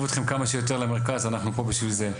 אתכם כמה שיותר למרכז אנחנו פה בשביל זה.